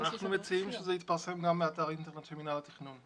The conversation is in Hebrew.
אנחנו מציעים שזה יתפרסם גם באתר האינטרנט של מינהל התכנון.